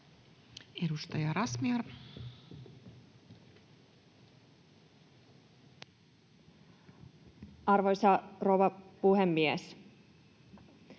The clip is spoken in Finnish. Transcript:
Edustaja Razmyar. Arvoisa rouva puhemies!